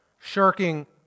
shirking